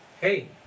Hey